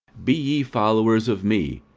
be ye followers of me,